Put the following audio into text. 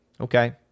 okay